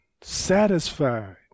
satisfied